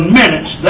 minutes